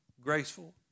graceful